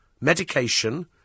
medication